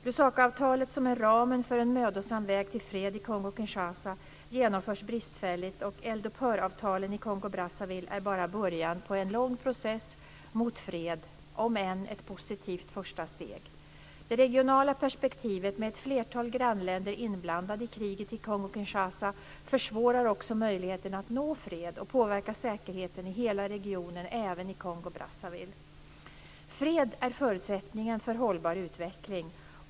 Lusakaavtalet, som är ramen för en mödosam väg till fred i Kongo-Kinshasa, genomförs bristfälligt, och eldupphöravtalen i Kongo-Brazzaville är bara början på en lång process mot fred, om än ett positivt första steg. Det regionala perspektivet, med ett flertal grannländer inblandade i kriget i Kongo-Kinshasa, försvårar också möjligheterna att nå fred, och påverkar säkerheten i hela regionen, även i Kongo Fred är förutsättningen för hållbar utveckling.